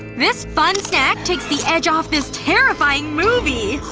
this fun snack takes the edge off this terrifying movie!